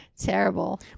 terrible